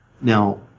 Now